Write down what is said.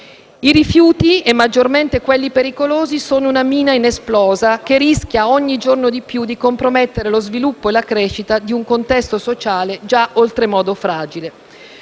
I rifiuti, e maggiormente quelli pericolosi, sono una mina inesplosa, che rischia ogni giorno di più di compromettere lo sviluppo e la crescita di un contesto sociale già oltremodo fragile.